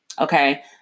Okay